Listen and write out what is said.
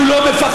אנחנו לא מפחדים,